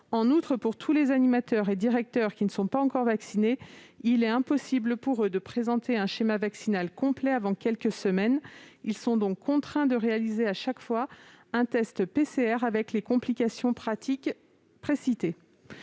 En outre, pour tous les animateurs et directeurs qui ne sont pas encore vaccinés, il est impossible de présenter un schéma vaccinal complet avant quelques semaines. Ils sont donc contraints de réaliser chaque fois un test PCR, avec les complications pratiques précitées.